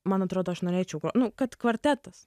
man atrodo aš norėčiau nu kad kvartetas